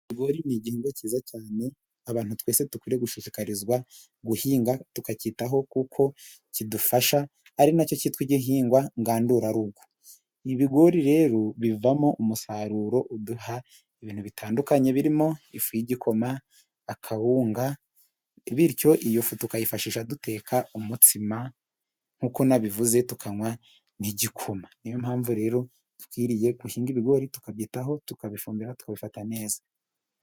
Ibigori ni igihingwa cyiza cyane ,abantu twese dukwiye gushishikarizwa guhinga tukakitaho kuko kidufasha ,ari na cyo kitwa igihingwa ngandurarugo .Ibigori rero bivamo umusaruro uduha ibintu bitandukanye birimo, igikoma ,akawunga bityo iyo fu tukayifashisha duteka umutsima ,nk'uko nabivuze tukanywa n'igikoma, ni yo mpamvu rero dukwiriye guhinga ibigori tukabyitaho, tukabifumbira tugafata neza.